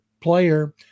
player